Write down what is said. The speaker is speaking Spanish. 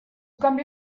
cambio